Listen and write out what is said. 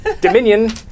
Dominion